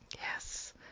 Yes